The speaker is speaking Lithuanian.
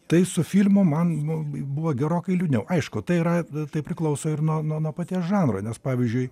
tai su filmu man nu buvo gerokai liūdniau aišku tai yra tai priklauso ir nuo nuo paties žanro nes pavyzdžiui